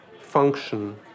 function